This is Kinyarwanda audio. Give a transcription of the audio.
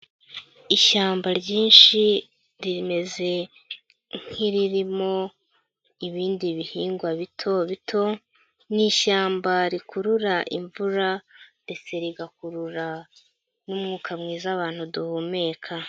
Ishyamba ryinshi rimeze nk'iririmo ibindi bihingwa bitobito, ni ishyamba rikurura imvura ndetse rigakurura n'umwuka mwiza abantu duhumeka.